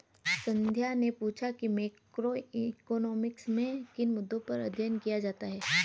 संध्या ने पूछा कि मैक्रोइकॉनॉमिक्स में किन मुद्दों पर अध्ययन किया जाता है